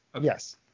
Yes